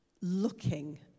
looking